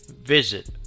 visit